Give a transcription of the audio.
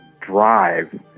drive